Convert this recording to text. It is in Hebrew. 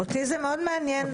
אותי זה מאוד מעניין.